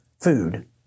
food